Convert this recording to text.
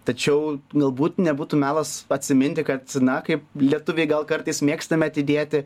tačiau galbūt nebūtų melas atsiminti kad na kaip lietuviai gal kartais mėgstame atidėti